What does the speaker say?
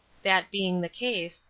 that being the case,